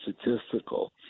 statistical